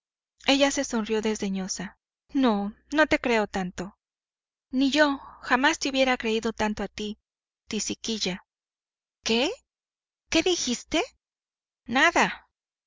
ella se sonrió desdeñosa no no te creo tanto ni yo jamás te hubiera creído tanto a ti tisiquilla qué qué dijiste nada